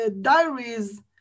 diaries